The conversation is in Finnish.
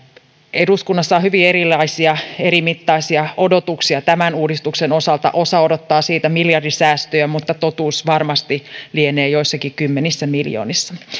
eduskunnassa on hyvin erilaisia erimittaisia odotuksia tämän uudistuksen osalta osa odottaa siitä miljardisäästöjä mutta totuus varmasti lienee joissakin kymmenissä miljoonissa